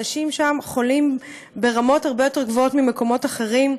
אנשים שם חולים ברמות הרבה יותר גבוהות מאשר במקומות אחרים.